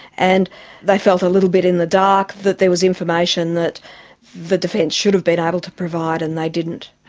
and they felt a little bit in the dark that there was information that the defence should have been able to provide and they didn't.